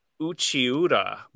Uchiura